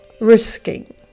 risking